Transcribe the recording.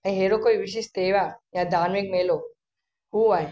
ऐं अहिड़ो कोई विशेष त्योहार या धार्मिक मेलो हू आहे